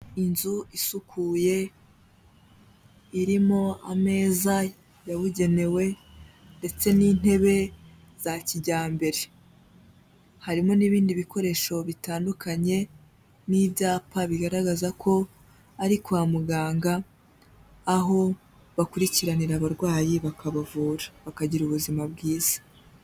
Inzu isukuye irimo ameza yabugenewe ndetse n'intebe za kijyambere, harimo n'ibindi bikoresho bitandukanye n'ibyapa bigaragaza ko ari kwa muganga aho bakurikiranira abarwayi bakabavura bakagira ubuzima bwiza.